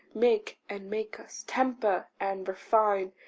make, and make us temper, and refine.